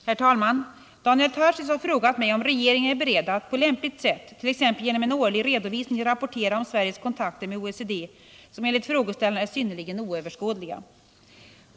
Herr talman! Herr Tarschys har frågat mig om regeringen är beredd att på lämpligt sätt — t.ex. genom en årlig redovisning — rapportera om Sveriges kontakter med OECD, som enligt frågeställaren är synnerligen oöverskådliga.